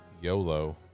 YOLO